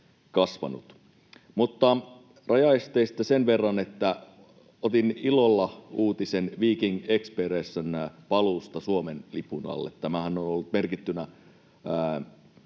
Rajaesteistä sen verran, että otin ilolla uutisen Viking XPRS:n paluusta Suomen lipun alle. Tämä on ollut merkittynä